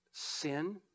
Sin